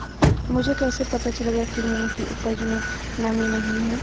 मुझे कैसे पता चलेगा कि मूंग की उपज में नमी नहीं है?